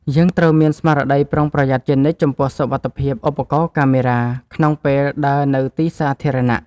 យើងត្រូវមានស្មារតីប្រុងប្រយ័ត្នជានិច្ចចំពោះសុវត្ថិភាពឧបករណ៍កាមេរ៉ាក្នុងពេលដើរនៅទីសាធារណៈ។